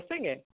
singing